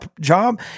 job